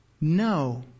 No